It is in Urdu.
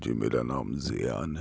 جی میرا نام زیان ہے